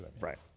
Right